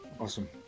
awesome